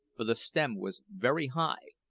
for the stem was very high,